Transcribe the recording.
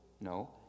No